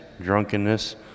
drunkenness